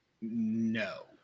No